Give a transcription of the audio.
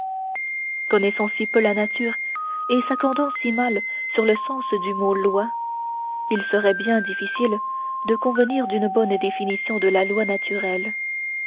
connaissant si peu la nature et s'accordant si mal sur le sens du mot loi il serait bien difficile de convenir d'une bonne définition de la loi naturelle